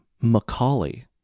Macaulay